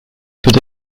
peut